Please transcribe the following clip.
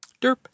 Derp